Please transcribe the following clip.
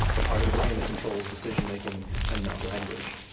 the part of the brain that controls decision-making and not language.